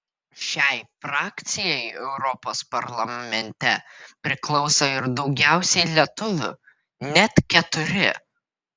šiai frakcijai europos parlamente priklauso ir daugiausiai lietuvių net keturi